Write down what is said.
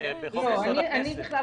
בחוק יסוד: הכנסת.